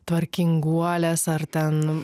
tvarkinguolės ar ten